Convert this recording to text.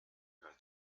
her